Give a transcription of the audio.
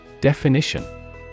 Definition